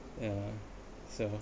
yeah so